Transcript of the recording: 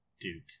Duke